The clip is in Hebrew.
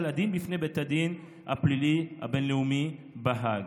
לדין בפני בית הדין הפלילי הבין-לאומי בהאג.